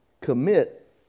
Commit